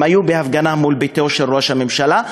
הם היו בהפגנה מול ביתו של ראש הממשלה.